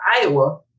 Iowa